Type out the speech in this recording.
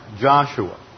Joshua